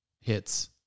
hits